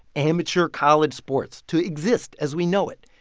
amateur college sports, to exist as we know it.